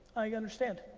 i understand.